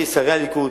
שרי הליכוד,